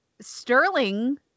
sterling